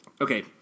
Okay